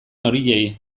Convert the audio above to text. horiei